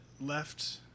left